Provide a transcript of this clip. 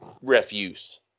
refuse